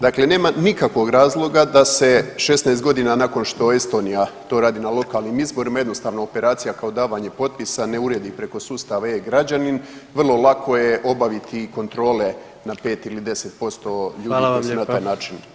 Dakle, nema nikakvog razloga da se 16 godina nakon što Estonija to radi na lokalnim izborima jednostavna operacija kao davanje potpisa ne uredi preko sustava e-Građanin, vrlo lako je obaviti i kontrole na pet ili 10% [[Upadica predsjednik: Hvala vam lijepa.]] ljudi koji … na taj način